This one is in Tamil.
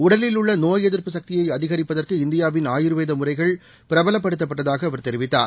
உடலில் உள்ளநோய் எதிர்ப்பு சக்தியைஅதிகரிப்பதற்கு இந்தியாவின் ஆயுர்வேதமுறைகள் பிரபலப்படுத்தப்பட்டதாகஅவர் தெரிவித்தார்